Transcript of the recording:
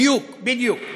בדיוק.